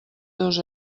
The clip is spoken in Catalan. dos